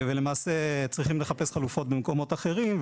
הם צריכים לחפש חלופות במקומות אחרים,